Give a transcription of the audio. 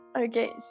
Okay